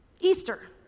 Easter